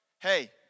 hey